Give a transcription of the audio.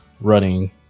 running